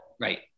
Right